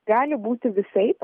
gali būti visaip